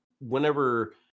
whenever